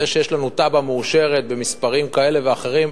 זה שיש לנו תב"ע מאושרת במספרים כאלה ואחרים,